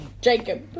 Jacob